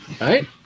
Right